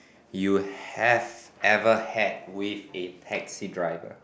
you have ever had with a taxi driver